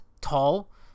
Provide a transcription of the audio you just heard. tall